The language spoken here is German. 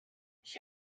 ich